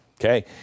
okay